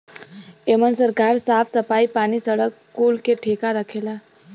एमन सरकार साफ सफाई, पानी, सड़क कुल के ठेका रखेला